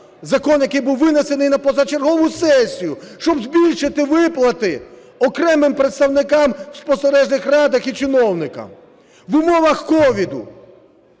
закон, який був винесений на позачергову сесію, щоб збільшити виплати окремим представникам в спостережних радах і чиновникам. В умовах COVID